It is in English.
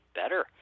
better